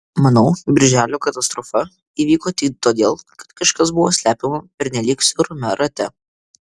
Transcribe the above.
manau birželio katastrofa įvyko tik todėl kad kažkas buvo slepiama pernelyg siaurame rate